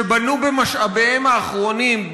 שבנו במשאביהם האחרונים,